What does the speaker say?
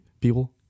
people